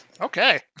okay